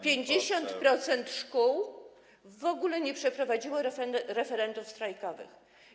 50% szkół w ogóle nie przeprowadziło referendów strajkowych.